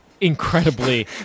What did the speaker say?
Incredibly